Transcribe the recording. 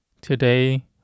Today